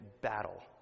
battle